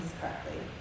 correctly